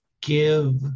give